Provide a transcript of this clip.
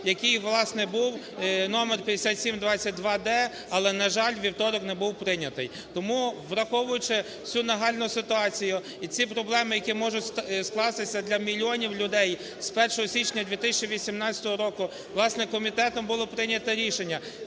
який, власне, був номер 5722-д, але, на жаль, у вівторок не був прийнятий. Тому, враховуючи всю нагальну ситуацію і ці проблеми, які можуть скластися для мільйонів людей з 1 січня 2018 року, власне, комітетом було прийнято рішення